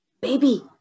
Baby